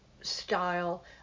style